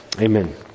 amen